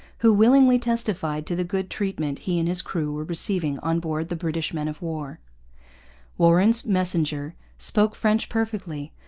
who willingly testified to the good treatment he and his crew were receiving on board the british men-of-war. warren's messenger spoke french perfectly,